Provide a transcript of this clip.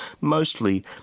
mostly